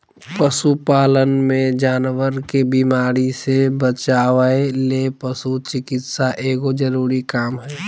पशु पालन मे जानवर के बीमारी से बचावय ले पशु चिकित्सा एगो जरूरी काम हय